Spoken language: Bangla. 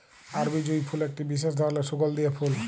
আরবি জুঁই ফুল একটি বিসেস ধরলের সুগন্ধিও ফুল